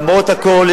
למרות הכול,